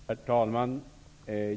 Herr talman!